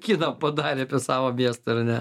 kitą padarė apie savo miestą ar ne